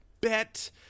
bet